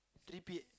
three P